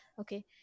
okay